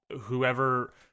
whoever